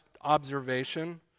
observation